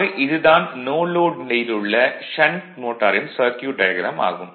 ஆக இது தான் நோ லோட் நிலையில் உள்ள ஷண்ட் மோட்டாரின் சர்க்யூட் டயக்ராம் ஆகும்